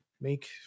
make